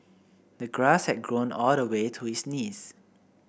the grass had grown all the way to his knees